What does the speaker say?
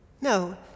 No